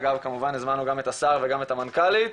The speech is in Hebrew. כמובן הזמנו גם את השר וגם את המנכ"לית.